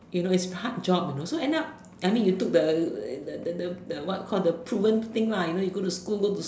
you know its a hard job you know so end up I mean you took a the the the what called proven thing lah you know you go school go to